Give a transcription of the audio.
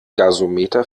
gasometer